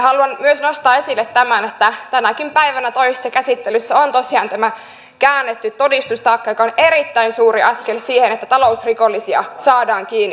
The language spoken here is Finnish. haluan myös nostaa esille tämän että tänäkin päivänä toisessa käsittelyssä on tosiaan tämä käännetty todistustaakka joka on erittäin suuri askel siihen että talousrikollisia saadaan kiinni